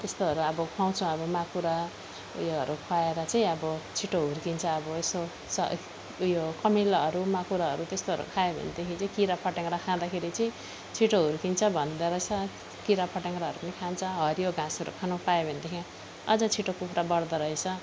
त्यस्तोहरू अब पाउँछ अब माकुरा ऊ योहरू खुवाएर चाहिँ अब छिटो हुर्किन्छ अब यसो स ऊ यो कमिलाहरू माकुराहरू त्यस्तोहरू खायो भनेदेखि चाहिँ किराफट्याङ्ग्रा खाँदाखेरि चाहिँ छिटो हुर्किन्छ भन्दो रहेछ किराफट्याङ्ग्राहरू पनि खान्छ हरियो घाँसहरू खानु पायो भनेदेखि अझ छिटो कुखुरा बढ्दो रहेछ